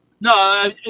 No